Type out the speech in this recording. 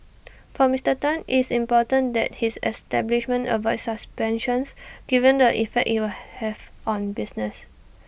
for Mister Tan it's important that his establishment avoids suspensions given the effect IT will have on business